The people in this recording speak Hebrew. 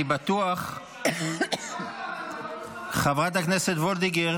אני בטוח ------ חברת הכנסת וולדיגר.